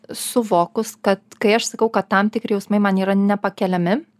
suvokus kad kai aš sakau kad tam tikri jausmai man yra nepakeliami